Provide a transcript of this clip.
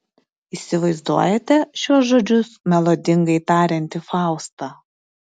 įsivaizduojate šiuos žodžius melodingai tariantį faustą